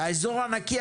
האזור הנקי,